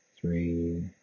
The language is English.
three